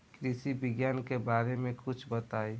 कृषि विज्ञान के बारे में कुछ बताई